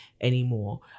anymore